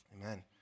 Amen